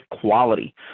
quality